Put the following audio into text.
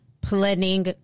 planning